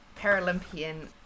Paralympian